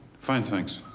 fine, thanks.